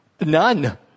none